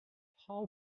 how